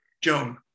Joan